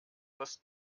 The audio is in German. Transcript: was